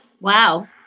Wow